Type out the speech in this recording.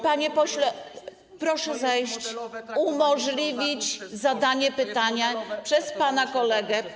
Panie pośle, proszę zejść, umożliwić zadanie pytania przez pana kolegę.